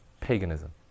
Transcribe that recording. Paganism